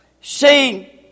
See